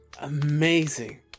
Amazing